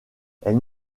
elle